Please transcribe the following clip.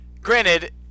Granted